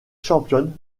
championne